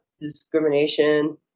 discrimination